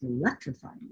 electrifying